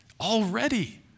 already